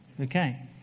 Okay